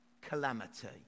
calamity